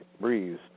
breeze